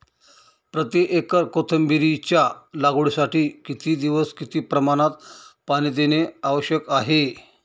प्रति एकर कोथिंबिरीच्या लागवडीसाठी किती दिवस किती प्रमाणात पाणी देणे आवश्यक आहे?